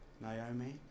Naomi